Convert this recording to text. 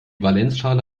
valenzschale